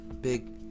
big